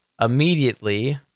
immediately